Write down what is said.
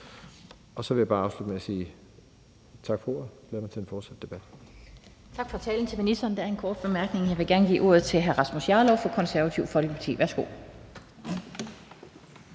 Så vil jeg bare afslutte med at sige tak for ordet. Jeg glæder mig til den fortsatte debat. Kl. 12:40 Den fg. formand (Annette Lind): Tak til ministeren for talen. Der er en kort bemærkning. Jeg vil gerne give ordet til hr. Rasmus Jarlov fra Det Konservative Folkeparti. Værsgo.